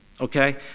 okay